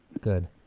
Good